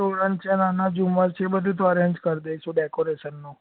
તો અંચના નાના જુમર છે એ બધુ તો અરેન્જ કરી દઇશું ડેકોરેશનનું